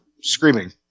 screaming